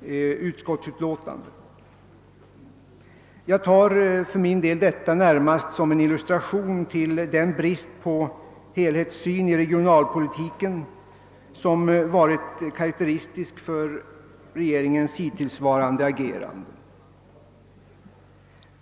utskottsutlåtandet. Jag betraktar detta förhållande närmast som en illustration till den brist på helhetssyn i regionalpolitiken som har varit karakteristisk för regeringens hittillsvarande agerande.